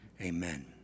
Amen